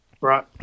Right